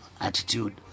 attitude